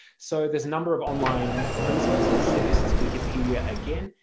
so there's a number of online resources so this is wikipedia again,